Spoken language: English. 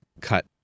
cut